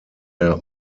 der